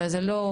הרי זה לא,